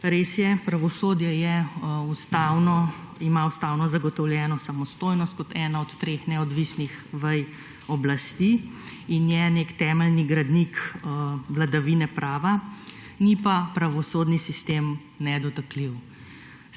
Res je pravosodje ima ustavno zagotovljeno samostojnost kot ena od treh neodvisnih vej oblasti in je neki temeljni gradnik vladavine prava ni pa pravosodni sistem nedotakljiv.